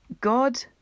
God